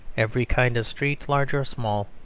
every kind of street, large or small,